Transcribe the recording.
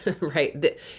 right